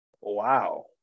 Wow